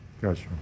Gotcha